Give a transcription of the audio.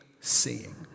seeing